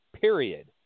Period